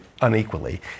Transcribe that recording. unequally